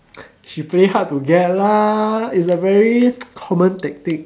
she play hard to get lah it's a very common tactic